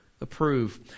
approve